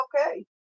okay